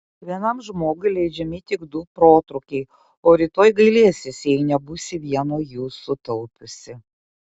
vienam žmogui leidžiami tik du protrūkiai o rytoj gailėsiesi jei nebūsi vieno jų sutaupiusi